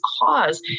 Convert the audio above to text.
cause